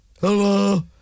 Hello